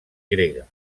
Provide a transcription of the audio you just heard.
grega